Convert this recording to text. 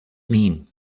mean